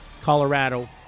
Colorado